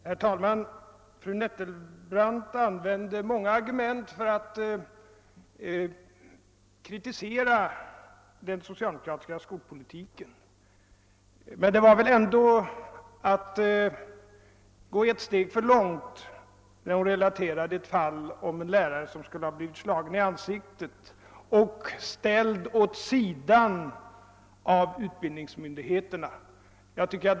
Herr talman! Fru Nettelbrandt använde många argument för att kritisera den socialdemokratiska skolpolitiken. Men det var väl ändå att gå ett steg för långt när hon relaterade ett fall där en lärare skulle ha blivit slagen i ansiktet och ställd åt sidan av utbildningsmyndigheterna.